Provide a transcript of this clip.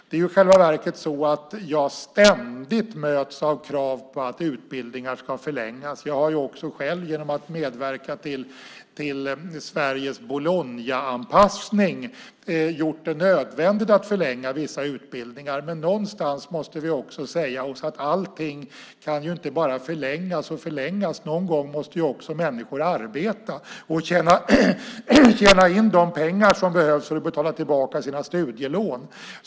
Jag möts i själva verket ständigt av krav på att utbildningar ska förlängas. Jag har också själv genom att medverka till Sveriges Bolognaanpassning gjort det nödvändigt att förlänga vissa utbildningar. Men någonstans måste vi också säga att allting inte bara kan förlängas och förlängas. Någon gång måste människor också arbeta och tjäna in de pengar som behövs för att betala tillbaka sina studielån.